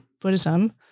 Buddhism